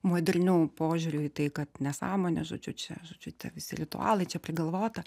modernių požiūrių į tai kad nesąmonė žodžiu čia žodžiu tie visi ritualai čia prigalvota